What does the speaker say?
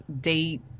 date